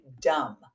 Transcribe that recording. dumb